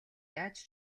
яаж